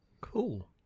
Cool